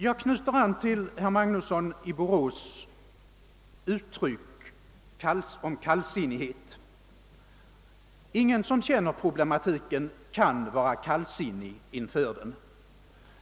Jag knyter an till herr Magnussons i Borås ord om kallsinnighet. Ingen som känner den problematik det här gäller kan vara kallsinnig inför den.